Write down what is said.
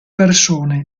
persone